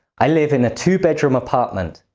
i live in a two-bedroom apartment.